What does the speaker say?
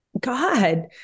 God